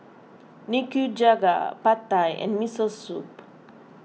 Nikujaga Pad Thai and Miso Soup